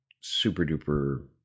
super-duper